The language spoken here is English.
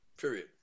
Period